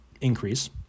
increase